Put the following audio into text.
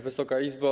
Wysoka Izbo!